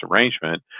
arrangement